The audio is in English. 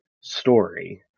Story